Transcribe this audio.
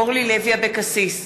אורלי לוי אבקסיס,